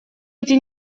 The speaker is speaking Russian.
эти